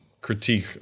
critique